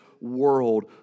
world